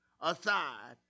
aside